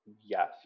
Yes